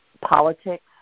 politics